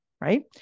right